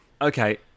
Okay